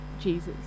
Jesus